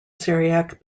syriac